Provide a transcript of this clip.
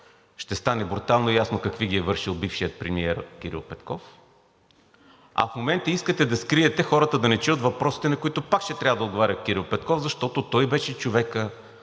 ще стане брутално ясно какви ги е вършил бившият премиер Кирил Петков, а в момента искате да скриете хората да не чуят въпросите, на които пак ще трябва да отговаря Кирил Петков, защото той беше човекът,